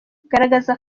garagaza